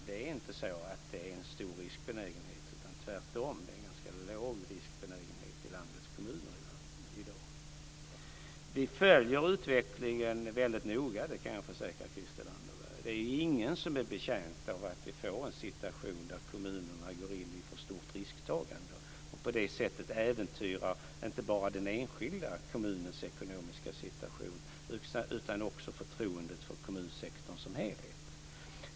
Det är inte så att det är en stor riskbenägenhet utan tvärtom. Det är en ganska låg riskbenägenhet ute i landets kommuner i dag. Vi följer utvecklingen väldigt noga, det kan jag försäkra Christel Anderberg. Det är ingen som är betjänt av att vi får en situation där kommunerna går in i ett för stort risktagande och på det sättet äventyrar inte bara den enskilda kommunens ekonomiska situation utan också förtroendet för kommunsektorn som helhet.